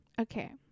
okay